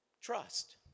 Trust